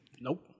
Nope